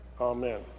Amen